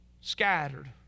Scattered